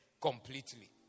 completely